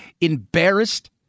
embarrassed